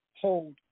hold